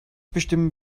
bestimmen